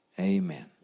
Amen